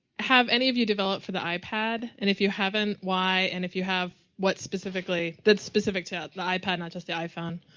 have any of you developed for the ipad and if you haven't why and if you have what specifically did specific to the ipad not just the iphone?